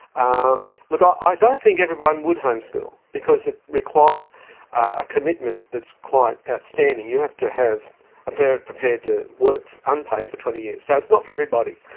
um look, i think i don't think everyone would homeschool, because it requires a commitment that's quite outstanding you have to have a parent prepared to work unpaid for twenty years, so it's not for everybody.